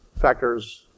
factors